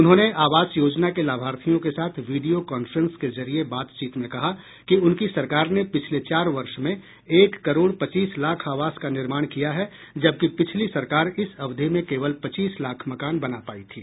उन्होंने आवास योजना के लाभार्थियों के साथ वीडियो कांफ्रेंस के जरिए बातचीत में कहा कि उनकी सरकार ने पिछले चार वर्ष में एक करोड़ पच्चीस लाख आवास का निर्माण किया है जबकि पिछली सरकार इस अवधि में केवल पच्चीस लाख मकान बना पाई थी